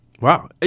Wow